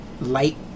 light